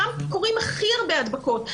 שם קורות הכי הרבה הדבקות.